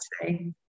today